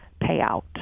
payout